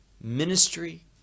ministry